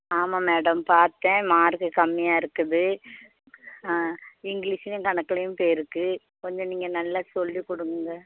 ஆமாம் மேடம் பார்த்தேன் மார்க்கு கம்மியாக இருக்குது ஆ இங்கிலிஸ்லேயும் கணக்குலேயும் போயிருக்குது கொஞ்சம் நீங்கள் நல்லா சொல்லிக்கொடுங்க